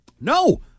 No